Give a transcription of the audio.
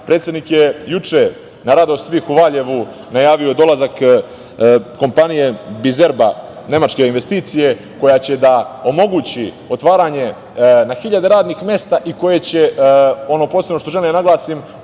nastavlja. Predsednik je juče, na radost svih u Valjevu, najavio dolazak kompanije „Bizerba“ nemačke investicije koja će da omogući otvaranje na hiljade radnih mesta i, ono posebno što želim da naglasim,